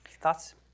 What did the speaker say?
thoughts